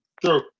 True